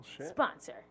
sponsor